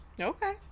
Okay